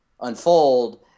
unfold